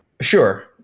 Sure